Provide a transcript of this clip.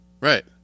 right